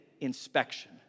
inspection